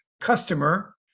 customer